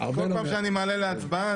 כל פעם שאני מעלה להצבעה,